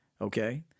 okay